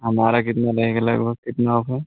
हमारा कितना रहेगा लगभग कितना होगा